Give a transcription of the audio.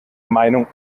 meinung